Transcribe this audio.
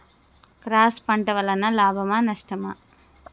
Cross పంట వలన లాభమా నష్టమా?